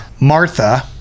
Martha